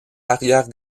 arrière